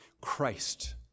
Christ